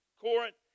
Corinth